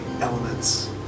elements